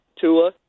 Tua